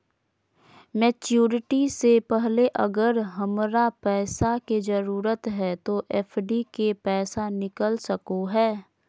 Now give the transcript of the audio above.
Maturity से पहले अगर हमरा पैसा के जरूरत है तो एफडी के पैसा निकल सको है?